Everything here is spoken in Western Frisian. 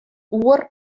oer